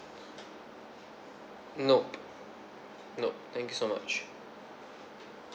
no no thank you so much